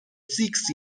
six